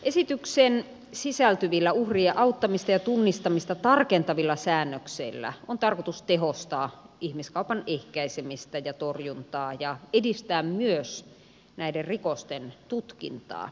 esitykseen sisältyvillä uhrien auttamista ja tunnistamista tarkentavilla säännöksillä on tarkoitus tehostaa ihmiskaupan ehkäisemistä ja torjuntaa ja edistää myös näiden rikosten tutkintaa